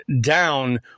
down